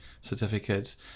certificates